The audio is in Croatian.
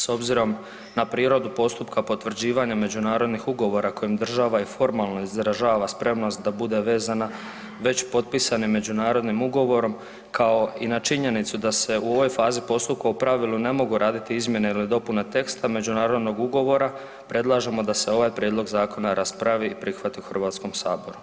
S obzirom na prirodu postupka potvrđivanja međunarodnih ugovora kojim država i formalno izražava spremnost da bude vezana već potpisanim međunarodnim ugovorom kao i na činjenicu da se u ovoj fazi postupka u pravilu ne mogu raditi izmjene ili dopune teksta međunarodnog ugovora predlažemo da se ovaj Prijedlog zakona raspravi i prihvati u Hrvatskom saboru.